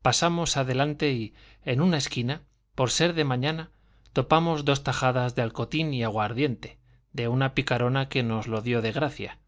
pasamos adelante y en una esquina por ser de mañana tomamos dos tajadas de alcotín y agua ardiente de una picarona que nos lo dio de gracia